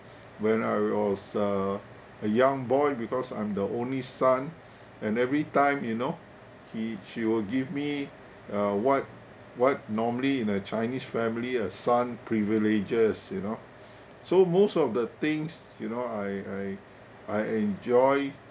when I was a a young boy because I'm the only son and every time you know he she will give me uh what what normally in a chinese family a son privileges you know so most of the things you know I I I enjoy